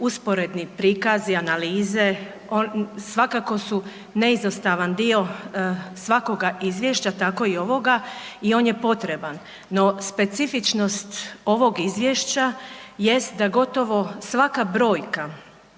usporedni prikazi, analize, svakako su neizostavan dio svakoga izvješća tako i ovoga i on je potreban, no specifičnost ovog izvješća jest da gotovo svaka brojka